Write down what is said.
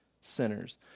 sinners